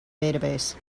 database